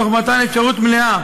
תוך מתן אפשרות מלאה